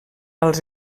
als